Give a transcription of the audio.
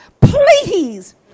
please